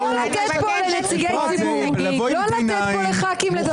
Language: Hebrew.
נכחו פה בוועדה לאורך כל הדיונים.